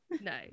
No